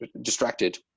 distracted